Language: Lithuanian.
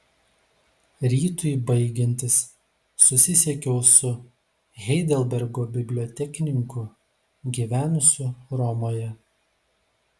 rytui baigiantis susisiekiau su heidelbergo bibliotekininku gyvenusiu romoje